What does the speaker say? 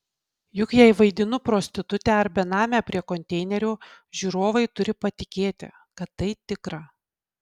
juk jei vaidinu prostitutę ar benamę prie konteinerio žiūrovai turi patikėti kad tai tikra